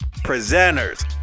presenters